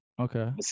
okay